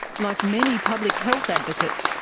like many public health advocates,